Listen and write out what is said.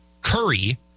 Curry